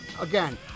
again